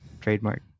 trademark